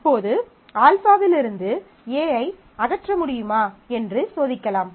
இப்போது α விலிருந்து A ஐ அகற்ற முடியுமா என்று சோதிக்கலாம்